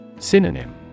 Synonym